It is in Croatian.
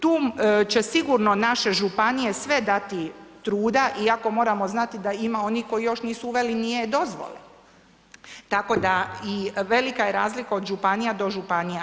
Tu će sigurno naše županije sve dati truda iako moramo znati da ima onih koji još nisu uveli ni e-Dozvole, tako da i velika je razlika od županija do županija.